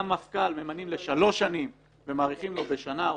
גם מפכ"ל ממנים לשלוש שנים ומאריכים לו בשנה,